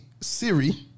Siri